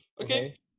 okay